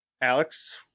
Alex